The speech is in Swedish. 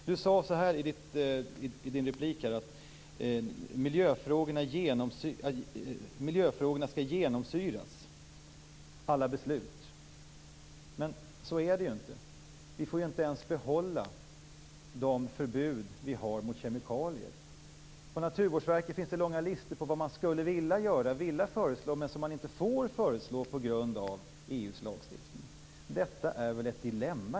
Inga-Britt Johansson sade i sin replik att miljöfrågorna skall genomsyra alla beslut. Men så är det ju inte. Vi får ju inte ens behålla de förbud som vi har mot kemikalier. På Naturvårdsverket finns det långa listor på vad man skulle vilja göra och vilja föreslå men som man inte får föreslå på grund av EU:s lagstiftning. Detta är väl ändå ett dilemma?